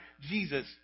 Jesus